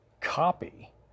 copy